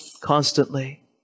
constantly